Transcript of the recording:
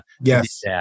Yes